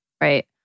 right